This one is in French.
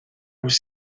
vous